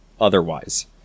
otherwise